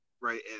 right